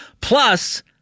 Plus